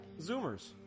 zoomers